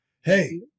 hey